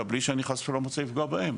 בלי שאני חס ושלום רוצה לפגוע בהם.